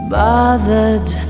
bothered